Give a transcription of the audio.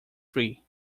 free